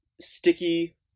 sticky